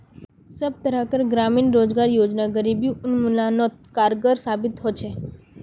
सब तरह कार ग्रामीण रोजगार योजना गरीबी उन्मुलानोत कारगर साबित होछे